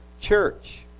church